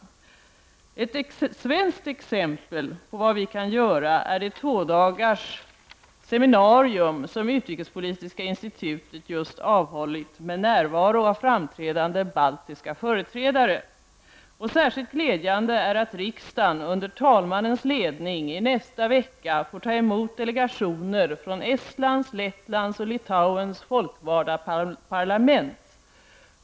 23 maj 1990 Ett svenskt exempel på vad man kan göra är det tvådagarsseminarium som Utrikespolitiska institutet just har avhållit med närvaro av framträdande baltiska företrädare. Särskilt glädjande är att riksdagen under talmannens ledning i nästa vecka får ta emot delegationer från Estlands, Lettlands och Litauens folkvalda parlament.